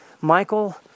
Michael